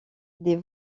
des